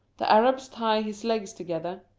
the arabs tie his legs together.